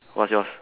what's yours